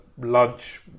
lunch